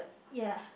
ya